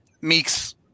Meeks